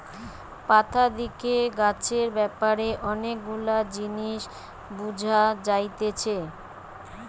পাতা দেখে গাছের ব্যাপারে অনেক গুলা জিনিস বুঝা যাতিছে